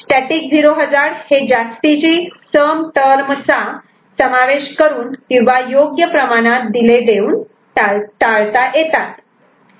static 0 hazard हे जास्तीची sum term चा समावेश करून किंवा योग्य प्रमाणात डिले देऊन टाळता येतात